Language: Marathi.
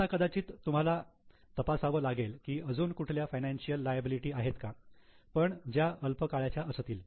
आता कदाचित तुम्हाला तपासावं लागेल की अजून कुठल्या फायनान्शियल लायबिलिटी आहेत का पण ज्या अल्प काळाच्या असतील